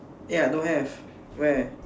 eh I don't have where